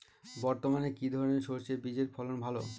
বর্তমানে কি ধরনের সরষে বীজের ফলন ভালো?